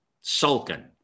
sulking